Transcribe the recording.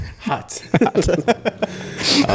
Hot